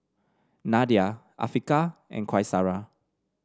Nadia Afiqah and Qaisara